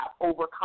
overcome